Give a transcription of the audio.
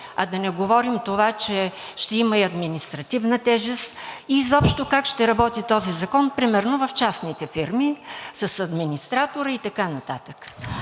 а да не говорим това, че ще има и административна тежест. Изобщо как ще работи този закон например в частните фирми, с администратори и така нататък?